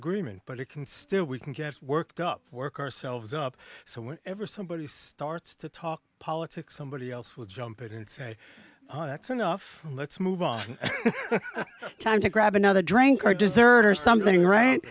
agreement but it can still we can get worked up work ourselves up so whenever somebody starts to talk politics somebody else will jump in and say that's enough let's move on time to grab another drink or desert or something wri